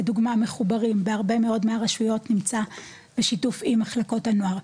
לדוגמא "מחוברים" בהרבה מאוד מהרשויות נמצא בשיתוף עם מחלקות הנוער,